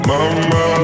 Mama